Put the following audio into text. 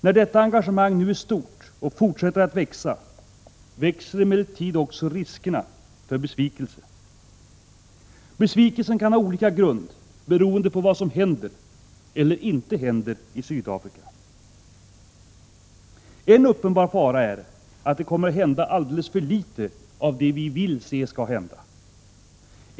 När detta engagemang nu är stort och fortsätter att växa, växer emellertid också riskerna för besvikelse. Besvikelsen kan ha olika grund, beroende på vad som händer eller inte händer i Sydafrika. En uppenbar fara är att det kommer att hända alldeles för litet av det vi vill skall hända.